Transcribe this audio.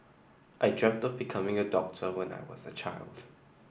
I dreamt of becoming a doctor when I was a child